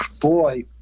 Boy